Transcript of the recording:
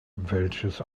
welches